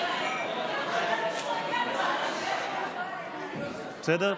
קריאה ראשונה, בסדר?